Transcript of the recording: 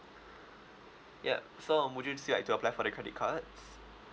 yup so um would you still like to apply for the credit cards